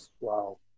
Wow